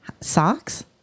socks